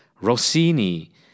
Rossini